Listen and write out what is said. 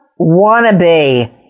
wannabe